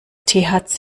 thc